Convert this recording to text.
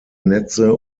netze